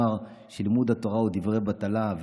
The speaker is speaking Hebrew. שלימוד התורה הוא דברי בטלה,